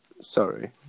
Sorry